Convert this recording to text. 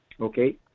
Okay